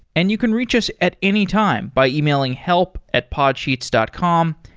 and you can reach us at any time by emailing help at podsheets dot com.